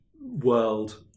world